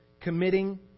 committing